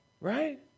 Right